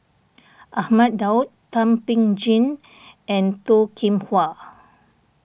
Ahmad Daud Thum Ping Tjin and Toh Kim Hwa